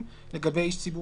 לגבי סעיף